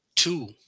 Two